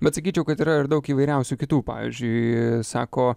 bet sakyčiau kad yra ir daug įvairiausių kitų pavyzdžiui sako